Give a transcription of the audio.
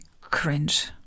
cringe